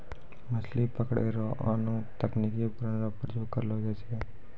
मछली पकड़ै रो आनो तकनीकी उपकरण रो प्रयोग करलो जाय छै